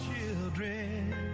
children